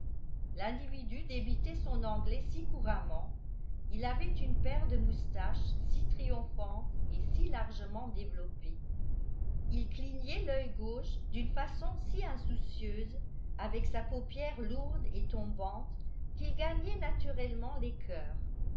l'individu débitait son anglais si couramment il avait une paire de moustaches si triomphantes et si largement développées il clignait l'œil gauche d'une façon si insoucieuse avec sa paupière lourde et tombante qu'il gagnait naturellement les cœurs